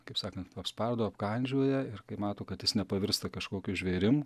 kaip sakant apspardo apkandžioja ir kai mato kad jis nepavirsta kažkokiu žvėrim